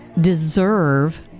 deserve